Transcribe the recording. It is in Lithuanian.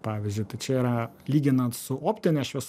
pavyzdžiui tai čia yra lyginant su optine šviesa